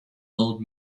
old